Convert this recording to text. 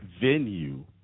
venue